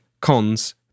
Cons